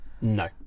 No